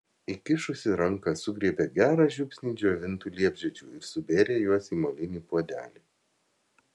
įkišusi ranką sugriebė gerą žiupsnį džiovintų liepžiedžių ir subėrė juos į molinį puodelį